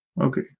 Okay